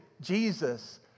Jesus